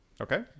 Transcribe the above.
Okay